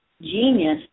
genius